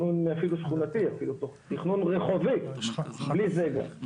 תכנון אפילו שכונתי, רחובי, בלי זה גם.